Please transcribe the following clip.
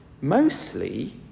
mostly